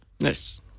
Nice